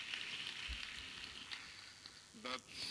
(מחיאות כפיים)